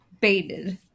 Baited